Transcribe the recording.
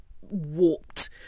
warped